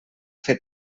fer